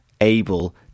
able